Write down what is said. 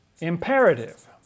imperative